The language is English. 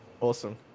awesome